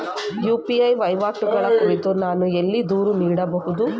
UPI ವಹಿವಾಟುಗಳ ಕುರಿತು ನಾನು ಎಲ್ಲಿ ದೂರು ನೀಡಬಹುದು?